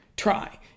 try